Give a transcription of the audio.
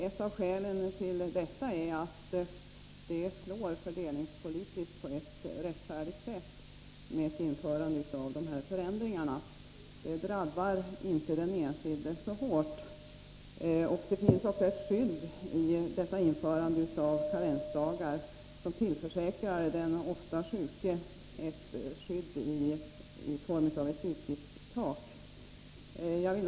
Ett skäl är att ett införande av dessa förändringar fördelningspolitiskt slår på ett mer rättfärdigt sätt. De drabbar inte den enskilde så hårt. I ett system med karensdagar finns också ett skydd i form av ett utgiftstak för den som ofta är sjuk.